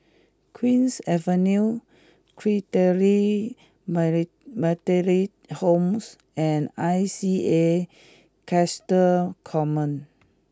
Queen's Avenue Christalite Methodist Home and I C A Coastal Command